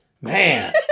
Man